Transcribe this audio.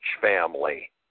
family